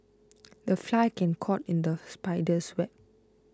the fly can caught in the spider's web